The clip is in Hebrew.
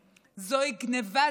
זוהי גנבת דעת,